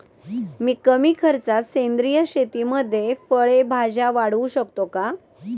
मी कमी खर्चात सेंद्रिय शेतीमध्ये फळे भाज्या वाढवू शकतो का?